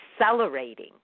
accelerating